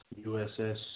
USS